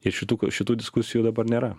ir šituk šitų diskusijų dabar nėra